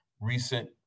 recent